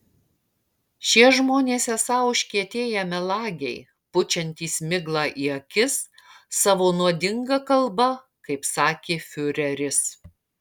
šie žmonės esą užkietėję melagiai pučiantys miglą į akis savo nuodinga kalba kaip sakė fiureris